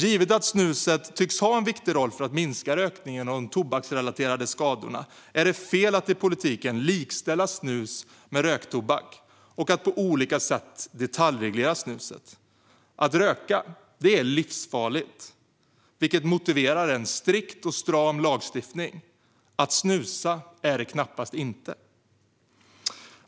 Givet att snuset tycks ha en viktig roll för att minska rökningen och de tobaksrelaterade skadorna är det fel att i politiken likställa snus med röktobak och att på olika sätt detaljreglera snuset. Att röka är livsfarligt, vilket motiverar en strikt och stram lagstiftning, men att snusa är knappast det.